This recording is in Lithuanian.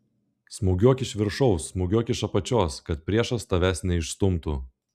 smūgiuok iš viršaus smūgiuok iš apačios kad priešas tavęs neišstumtų